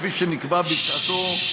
כפי שנקבע בשעתו,